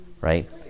right